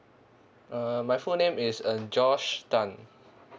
uh my full name is uh josh tan